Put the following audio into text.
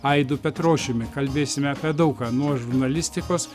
aidu petrošiumi kalbėsime apie daug ką nuo žurnalistikos